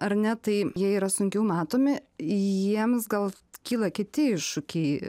ar ne tai jie yra sunkiau matomi jiems gal kyla kiti iššūkiai